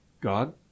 God